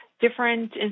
different